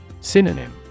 Synonym